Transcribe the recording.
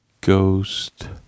Ghost